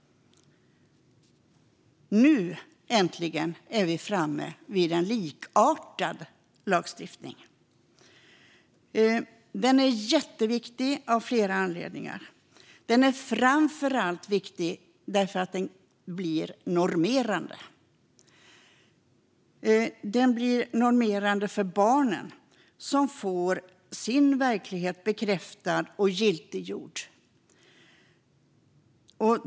Nu är vi äntligen framme vid en likartad lagstiftning. Den är jätteviktig av flera anledningar. Den är framför allt viktig därför att den blir normerande. Den blir normerande för barnen, som får sin verklighet bekräftad och giltiggjord.